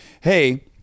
Hey